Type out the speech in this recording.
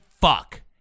fuck